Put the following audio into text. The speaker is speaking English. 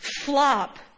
flop